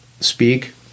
speak